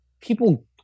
people